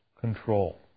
control